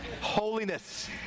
Holiness